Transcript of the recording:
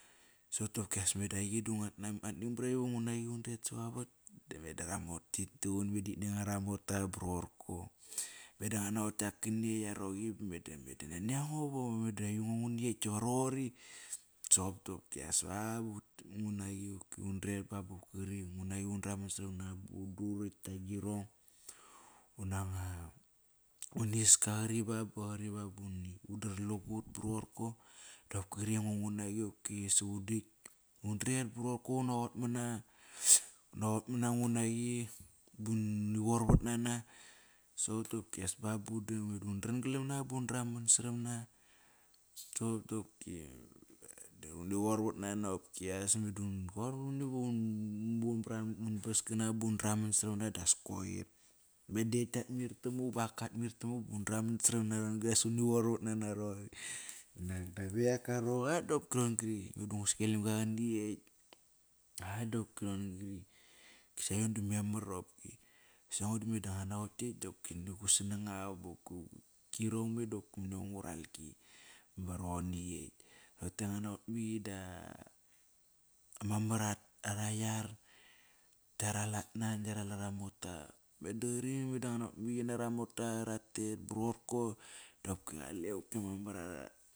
Sopdokias meda eiqi nguat ning braqi va nguna di undret sava vat ki tuqun meda qit neng ara mota barorko. Meda nguat naqot ktiak kan ekt aroqi, ba meda nani ango meda ango nguni ekt dawa roqori. Sopdokias ba, ba ngunaqi qoki undret ba bopki qori ngunaqi undraman saram na bu udurokt da girong. Unanga, uniska qori bap qari udatlugut ba roroko. Dopkri aingo ngunaqi qopki savat udakt. Udet ba roroko unaqot mana, unaqot man nguna qi buni varvat nana. Sopdokias undran galam na ba undraman saram na Meda ekt ktia mir tamuk bakar mir tumuk bun draman saram na ron-gri as uni vorvat nana roqori. Ayak ga roqa ron gri meda ngu skelim ga qana ekt Sango dame da nguat naqot kliekt dopki gu sanang aqa Girong me dopki nani ango va ngural ki va roqor ni ekt. Roqote nguat naqot maqi dama mar ara yar da ara lat. meda qori meda nguat naqot maqi qinaramota ratet ba rorko dopki qale ma mar ara.